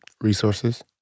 Resources